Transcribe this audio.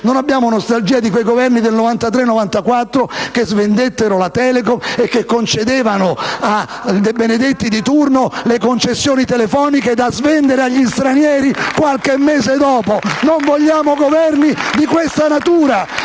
non abbiamo nostalgia di quei Governi del 1993-1994 che svendettero la Telecom e che concedevano al De Benedetti di turno le concessioni telefoniche da svendere agli stranieri qualche mese dopo! *(Applausi dai Gruppi